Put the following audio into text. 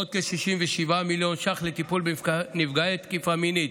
עוד כ-67 מיליון שקל לטיפול בנפגעי תקיפה מינית,